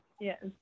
Yes